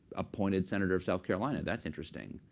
appointed senator south carolina. that's interesting.